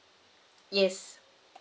yes